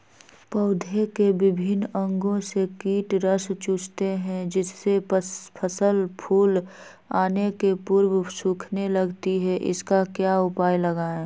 पौधे के विभिन्न अंगों से कीट रस चूसते हैं जिससे फसल फूल आने के पूर्व सूखने लगती है इसका क्या उपाय लगाएं?